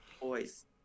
boys